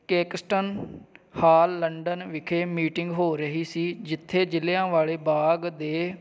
Caxton Hall London ਵਿਖੇ meeting ਹੋ ਰਹੀ ਸੀ ਜਿੱਥੇ ਜ਼ਿਲ੍ਹਿਆਂਵਾਲੇ ਬਾਗ ਦੇ